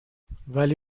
ولی